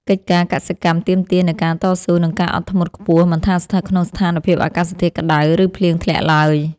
កិច្ចការកសិកម្មទាមទារនូវការតស៊ូ និងការអត់ធ្មត់ខ្ពស់មិនថាស្ថិតក្នុងស្ថានភាពអាកាសធាតុក្តៅ ឬភ្លៀងធ្លាក់ឡើយ។